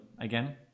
again